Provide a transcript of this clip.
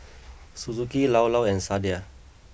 Suzuki Llao Llao and Sadia